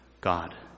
God